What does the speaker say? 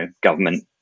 government